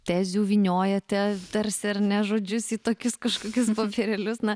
tezių vyniojate tarsi ar ne žodžius į tokius kažkokius popierėlius na